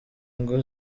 ngo